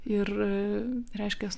ir reiškias